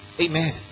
Amen